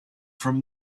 from